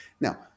Now